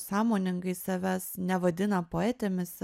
sąmoningai savęs nevadina poetėmis